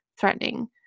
threatening